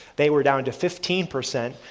they were down to fifteen percent,